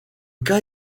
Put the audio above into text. cas